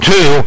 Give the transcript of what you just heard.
Two